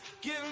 Give